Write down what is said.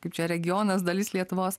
kaip čia regionas dalis lietuvos